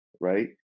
right